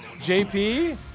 JP